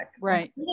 right